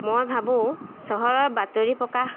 মই ভাবোঁ চহৰৰ বাতৰি প্ৰকাশ